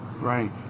right